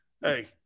hey